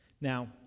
Now